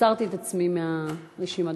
הסרתי את עצמי מרשימת הדוברים.